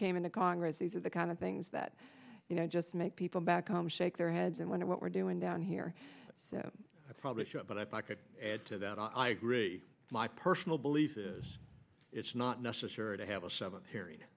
came in the congress these are the kind of things that you know just make people back home shake their heads and wonder what we're doing down here so i probably should but i could add to that i agree my personal belief is it's not necessary to have a seven period